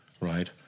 right